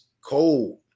cold